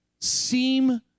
seem